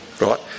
right